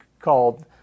called